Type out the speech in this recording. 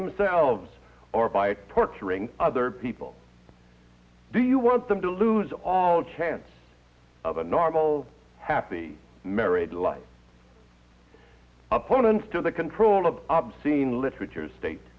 themselves or by torturing other people do you want them to lose all chance of a normal all happy married life opponents to the control of obscene literature state